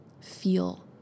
feel